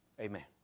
Amen